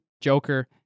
Joker